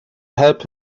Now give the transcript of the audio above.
help